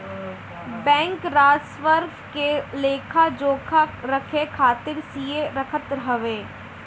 bank राजस्व क लेखा जोखा रखे खातिर सीए रखत हवे